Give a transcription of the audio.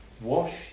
washed